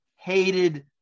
hated